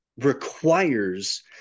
requires